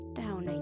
down